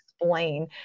explain